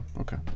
okay